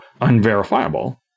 unverifiable